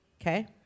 Okay